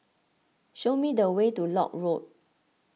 show me the way to Lock Road